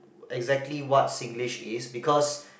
exactly what Singlish is because